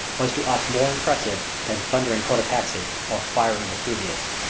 was to us more impressive than thundering cotopaxi or fiery vesuvius.